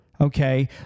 okay